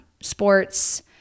sports